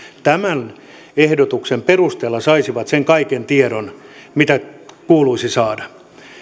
tämän ehdotuksen perusteella saisivat sen kaiken tiedon mitä kuuluisi saada